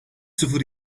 sıfır